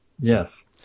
yes